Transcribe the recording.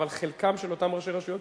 אבל חלקם של אותם ראשי רשויות